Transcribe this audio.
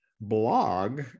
blog